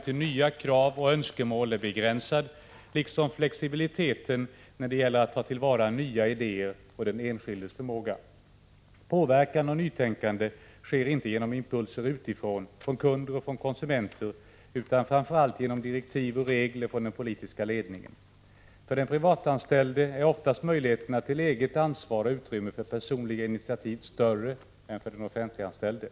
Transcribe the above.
till anpassning till nya krav och önskemål är begränsad, liksom flexibiliteten när det gäller att ta till vara nya idéer och den enskildes förmåga. Påverkan och nytänkande sker inte genom impulser utifrån — från kunder och från konsumenter — utan framför allt genom direktiv och regler från den politiska ledningen. För den privatanställde är oftast möjligheterna till eget ansvar och utrymmet för personliga initiativ större än för den offentliganställde.